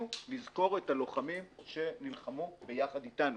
לזכור את הלוחמים שנלחמו ביחד אתנו.